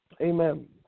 Amen